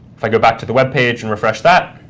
if i go back to the web page and refresh that,